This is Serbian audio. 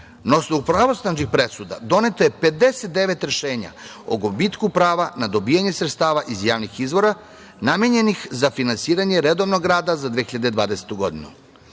osnovu pravosnažnih presuda doneto je 59 rešenja o gubitku prava na dobijanje sredstava iz javnih izvora namenjenih za finansiranje redovnog rada za 2020. godinu. Kada